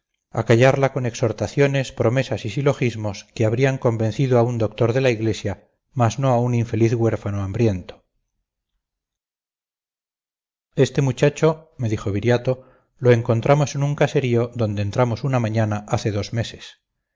maternas acallarla con exhortaciones promesas y silogismos que habrían convencido a un doctor de la iglesia mas no a un infeliz huérfano hambriento este muchacho me dijo viriato lo encontramos en un caserío donde entramos una mañana hace dos meses